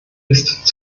ist